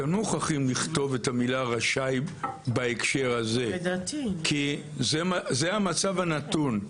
אתם לא מוכרחים לכתוב את המילה רשאי בהקשר הזה כי זה המצב הנתון.